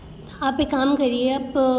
आप एक काम करिए आप